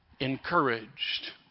encouraged